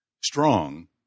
strong